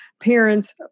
parents